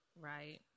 Right